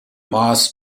moss